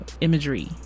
imagery